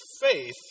faith